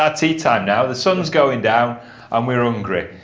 ah tea time now, the sun's going down and we're hungry.